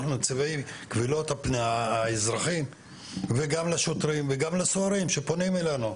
אנחנו נציבי קבילות האזרחים וגם לשוטרים וגם לסוהרים שפונים אלינו,